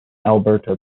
alberta